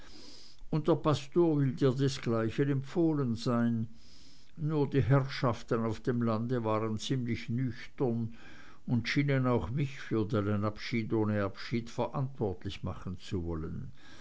und der pastor will dir desgleichen empfohlen sein nur die herrschaften auf dem lande waren ziemlich nüchtern und schienen auch mich für deinen abschied ohne abschied verantwortlich machen zu wollen